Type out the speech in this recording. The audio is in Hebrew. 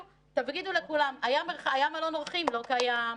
תגידו לכולם: היה מלון אורחים לא קיים,